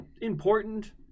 important